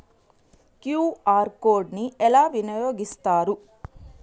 QR code ని ఎలా వినియోగిస్తారు?